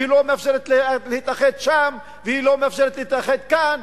והיא לא מאפשרת להתאחד שם והיא לא מאפשרת להתאחד כאן.